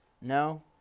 No